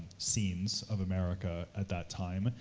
scenes of america at that time,